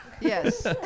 Yes